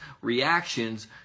reactions